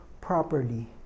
properly